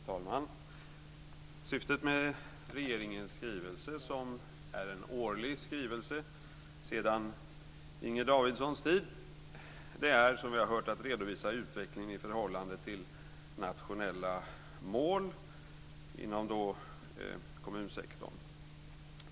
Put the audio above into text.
Fru talman! Syftet med regeringens skrivelse, som är en årlig skrivelse sedan Inger Davidsons tid, är som vi har hört att redovisa utvecklingen i förhållande till nationella mål inom kommunsektorn.